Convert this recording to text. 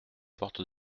porte